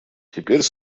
теперь